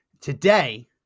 today